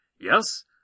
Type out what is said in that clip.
Yes